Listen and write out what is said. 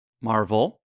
Marvel